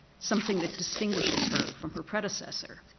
something that distinguishes her from her predecessor.